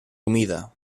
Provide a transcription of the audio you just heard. humida